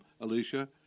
Alicia